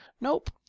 Nope